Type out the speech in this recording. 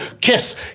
kiss